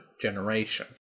generation